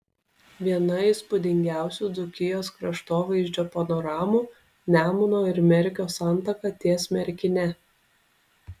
viena įspūdingiausių dzūkijos kraštovaizdžio panoramų nemuno ir merkio santaka ties merkine